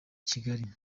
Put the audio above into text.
kigali